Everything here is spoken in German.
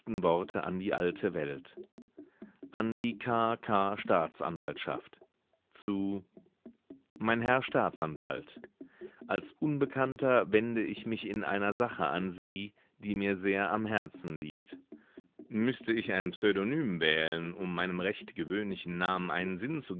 worte an die alte welt an die k k staatsanwaltschaft zu mein herr staatsanwalt als unbekannter wende ich mich in einer sache an sie die mir sehr am herzen liegt müßte ich ein pseudonym wählen um meinem recht gewöhnlichen namen einen sinn